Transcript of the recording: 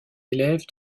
élève